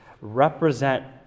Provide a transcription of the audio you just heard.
Represent